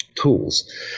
tools